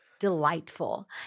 delightful